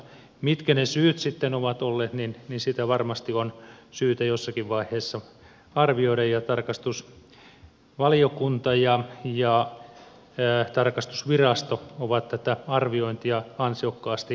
mitkä ne syyt sitten ovat olleet sitä varmasti on syytä jossakin vaiheessa arvioida ja tarkastusvaliokunta ja tarkastusvirasto ovat tätä arviointia ansiokkaasti myös tehneet